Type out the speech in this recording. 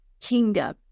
kingdom